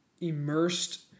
immersed